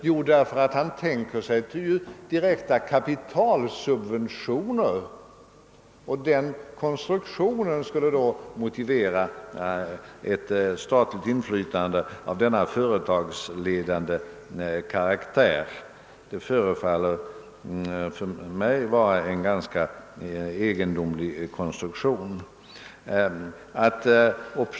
Jo, han tänker sig att ge direkta kapitalsubventioner, och den konstruktionen skulle då motivera ett statligt inflytande av denna företagsledande karaktär. Det förefaller mig vara en ganska egendomlig konstruktion.